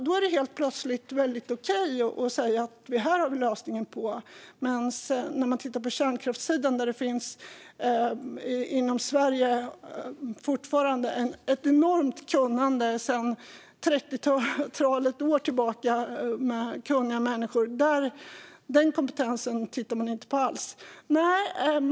Då är det plötsligt okej att säga att det finns en lösning. Men kompetensen på kärnkraftssidan, där det finns ett enormt kunnande sedan ett trettiotal år tillbaka i Sverige, tittar man inte på alls.